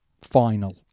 final